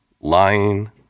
lying